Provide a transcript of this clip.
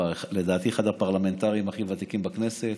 לדעתי אחד הפרלמנטרים הכי ותיקים בכנסת.